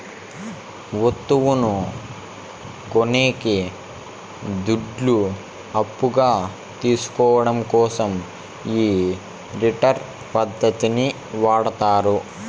వత్తువును కొనేకి దుడ్లు అప్పుగా తీసుకోవడం కోసం ఈ రిటర్న్స్ పద్ధతిని వాడతారు